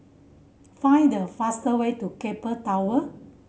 find the fastest way to Keppel Tower